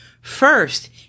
First